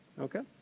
okay?